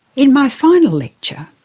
in my final lecture,